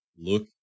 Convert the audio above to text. Look